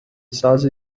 ساز